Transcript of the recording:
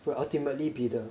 will ultimately be the